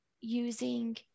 using